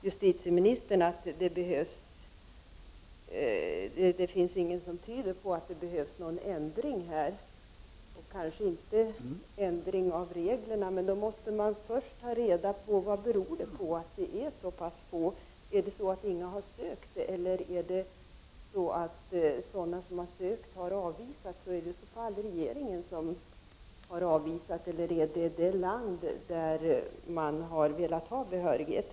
Justitieministern säger att det inte finns något som tyder på att det behövs en ändring. Nej, kanske inte en ändring av reglerna, men nog måste man först ta reda på vad det beror på att det är så pass få. Är det så att ingen har sökt, eller är det så att sådana som har sökt har avvisats? Är det i så fall regeringen som har avvisat dem eller det land där de har velat ha behörighet?